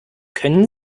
können